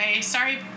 sorry